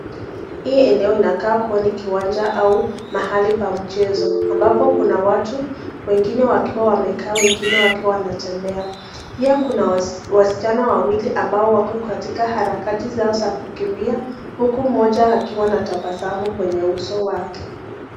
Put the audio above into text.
Hii eneo inakaa kuwa ni kiwanja au mahali pa mchezo ambapo kuna watu wengine wakiwa wamekaa wengine wakiwa wanatembea. Pia kuna wasichana wawili ambao wako katika harakati zao za kukimbia huku mmoja akiwa na tabasamu kwenye uso wake.